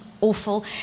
awful